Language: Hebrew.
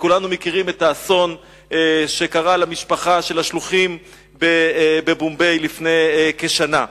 וכולנו מכירים את האסון שקרה למשפחה של השלוחים במומביי לפני כשנה.